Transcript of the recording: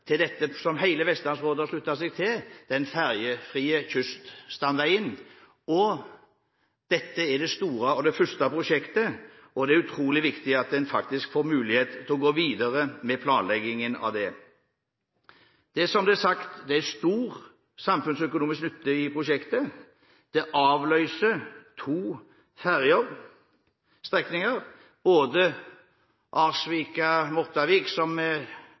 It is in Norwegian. til dette som hele Vestlandsrådet har sluttet seg til; den ferjefrie Kyststamveien. Dette er det store og første prosjektet, og det er utrolig viktig at en faktisk får muligheten til å gå videre med planleggingen av det. Det er – som det er blitt sagt – stor samfunnsøkonomisk nytte i prosjektet. Det avløser to